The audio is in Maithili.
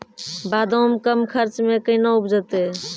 बादाम कम खर्च मे कैना उपजते?